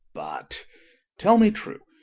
but tell me true,